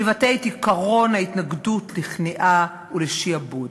שיבטא את עקרון ההתנגדות לכניעה ולשעבוד.